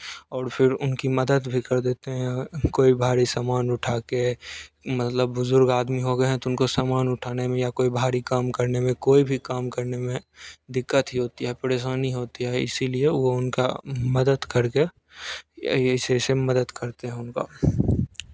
और फ़िर उनकी मदद भी कर देते हैं कोई भारी सामान उठाके मतलब बुज़ुर्ग आदमी हो गएँ हैं तो उनको सामान उठाने में या कोई भारी काम करने में कोई भी काम करने में दिक़्क़त ही होती है परेशानी होती है इसीलिए वो उनका मदद करके ऐसे ऐसे मदद करते हैं उनका